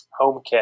HomeKit